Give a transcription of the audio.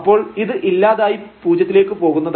അപ്പോൾ ഇത് ഇല്ലാതായി പൂജ്യത്തിലേക്ക് പോകുന്നതാണ്